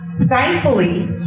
Thankfully